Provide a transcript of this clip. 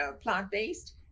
plant-based